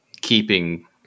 keeping